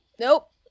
Nope